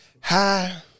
high